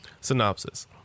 Synopsis